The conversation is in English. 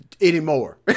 anymore